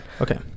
Okay